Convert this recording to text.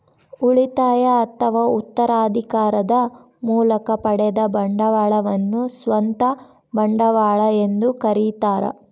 ಉಳಿತಾಯ ಅಥವಾ ಉತ್ತರಾಧಿಕಾರದ ಮೂಲಕ ಪಡೆದ ಬಂಡವಾಳವನ್ನು ಸ್ವಂತ ಬಂಡವಾಳ ಎಂದು ಕರೀತಾರ